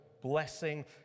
blessing